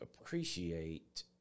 appreciate